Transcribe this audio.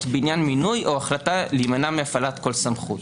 בעניין מינוי או החלטה להימנע מהפעלת כל סמכות".